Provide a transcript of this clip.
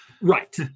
Right